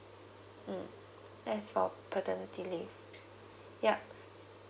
mm that's for paternity leave yup